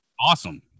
awesome